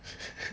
ha